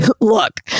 look